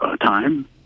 time